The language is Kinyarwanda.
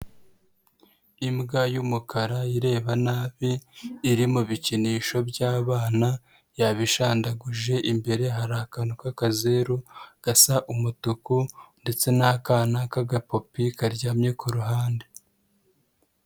Imbwa y'umukara ireba nabi, iri mu bikinisho by'abana, yabishandaguje, imbere hari akantu k'akazeru gasa umutuku ndetse n'akana k'agapopi karyamye ku ruhande.